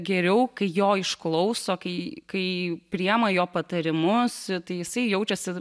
geriau kai jo išklauso kai kai priima jo patarimus tai jisai jaučiasi